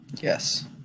Yes